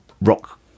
rock